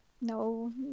No